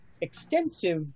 extensive